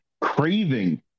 craving